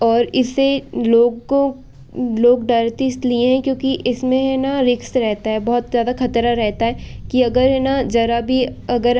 और इससे लोगों लोग डरते इसलिए हैं क्योंकि इसमें है न रिक्स रहता है बहुत ज़्यादा खतरा रहता है कि अगर है न ज़रा भी अगर